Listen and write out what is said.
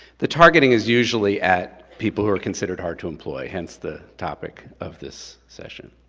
the targeting is usually at people who are considered hard to employ, hence the topic of this session.